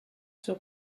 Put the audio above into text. sur